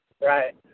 Right